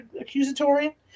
accusatory